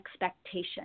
expectation